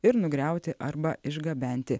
ir nugriauti arba išgabenti